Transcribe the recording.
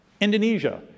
Indonesia